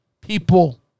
people